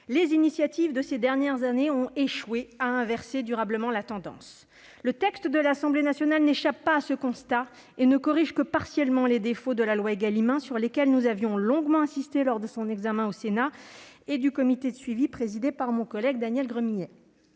les initiatives des dernières années ont échoué à inverser durablement la tendance. Le texte de l'Assemblée nationale n'échappe pas à ce constat. Il ne corrige que partiellement les défauts de la loi Égalim 1, sur lesquels nous avions longuement insisté lors de l'examen de celle-ci au Sénat et dans le cadre du comité de suivi présidé par mon collègue Daniel Gremillet.